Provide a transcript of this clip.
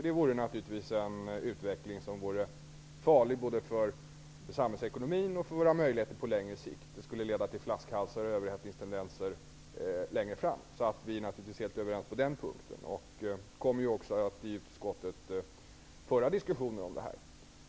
Den utvecklingen skulle naturligtvis vara farlig både för samhällsekonomin och för våra möjligheter på längre sikt. Den skulle leda till flaskhalsar och överhettningstendenser längre fram. Naturligtvis är vi helt överens på den punkten. I utskottet kommer vi att föra diskussioner om dessa saker.